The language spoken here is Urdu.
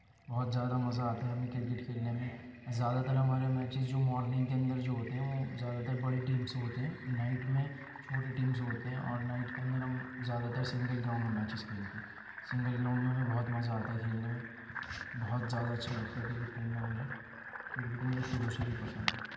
بہت زیادہ مزہ آتا ہے ہمیں کرکٹ کھیلنے میں زیادہ تر ہمارے میچز جو مارنگ کے اندر جو ہوتے ہیں وہ زیادہ تر بڑی ٹیم سے ہوتے ہیں نائٹ میں چھوٹی ٹیم سے ہوتے ہیں اور نائٹ کے اندر ہم زیادہ تر سنگل گراؤنڈ میں میچز کھیلتے ہیں سنگل گراؤنڈ میں ہمیں بہت مزہ آتا ہے کھیلنے میں بہت زیادہ اچھا لگتا ہے کرکٹ کھیلنا مجھے کرکٹ مجھے شروع سے ہی پسند ہے